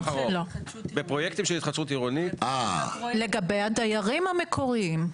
בפרויקטים של התחדשות עירונית --- לגבי הדיירים המקוריים.